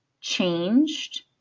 changed